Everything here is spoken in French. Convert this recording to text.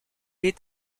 est